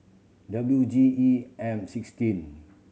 W G E M sixteen